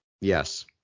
Yes